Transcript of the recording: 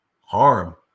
harm